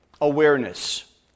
awareness